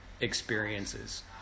experiences